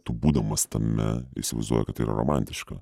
tu būdamas tame įsivaizduoji kad tai yra romantiška